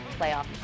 playoff